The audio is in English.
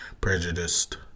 prejudiced